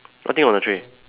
nothing on the tray